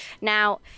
now